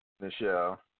Michelle